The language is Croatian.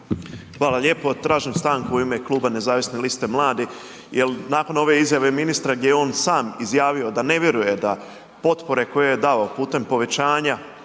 Hvala lijepo. Tražim stanku u ime Kluba nezavisne liste mladih jer nakon ove izjave ministra gdje je on sam izjavio da ne vjeruje da potpore koje je dao putem povećanja